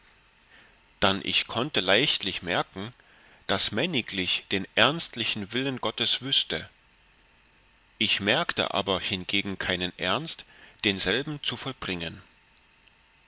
dann ich konnte leichtlich merken daß männiglich den ernstlichen willen gottes wüßte ich merkte aber hingegen keinen ernst denselben zu vollbringen